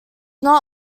not